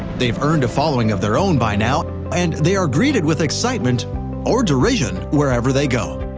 they've earned a following of their own by now and they are greeted with excitement or duration wherever they go.